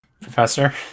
Professor